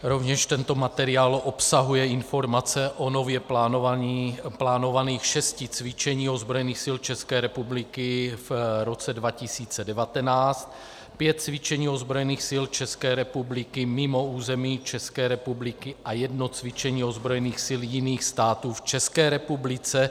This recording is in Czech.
Rovněž tento materiál obsahuje informace o nově plánovaných šesti cvičeních ozbrojených sil České republiky v roce 2019: pět cvičení ozbrojených sil České republiky mimo území České republiky a jedno cvičení ozbrojených sil jiných států v České republice;